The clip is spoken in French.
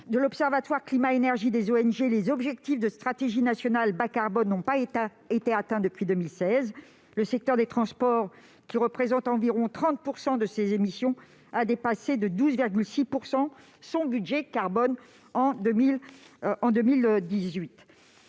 de l'Observatoire climat-énergie, les objectifs de stratégie nationale bas-carbone n'ont pas été atteints depuis 2016. Le secteur des transports, qui représente environ 30 % de ces émissions, a dépassé de 12,6 % son budget carbone en 2018.